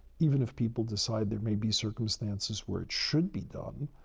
even if people decide there may be circumstances where it should be done,